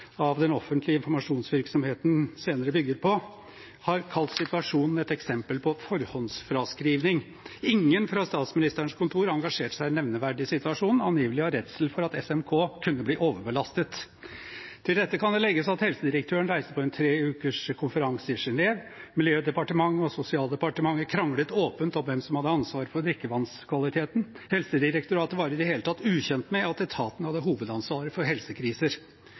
av den offentlige informasjonsvirksomheten senere bygger på, har kalt situasjonen et eksempel på «forhåndsfraskriving». Ingen fra Statsministerens kontor engasjerte seg nevneverdig i situasjonen, angivelig i redsel for at SMK kunne bli overbelastet. Til dette kan det legges at helsedirektøren reiste på en tre ukers konferanse i Genève. Miljødepartementet og Sosialdepartementet kranglet åpent om hvem som hadde ansvaret for drikkevannskvaliteten. Helsedirektoratet var i det hele tatt ukjent med at etaten hadde hovedansvaret for helsekriser.